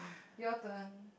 your turn